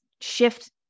shift